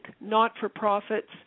not-for-profits